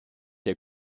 der